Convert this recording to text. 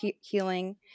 healing